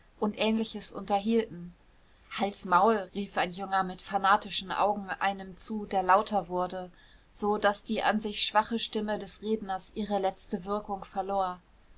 und ähnliches unterhielten halt's maul rief ein junger mit fanatischen augen einem zu der lauter wurde so daß die an sich schwache stimme des redners ihre letzte wirkung verlor